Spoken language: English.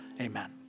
Amen